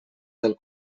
del